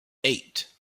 eight